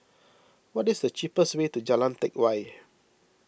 what is the cheapest way to Jalan Teck Whye